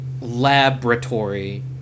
laboratory